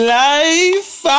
life